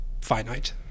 finite